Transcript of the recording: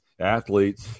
athletes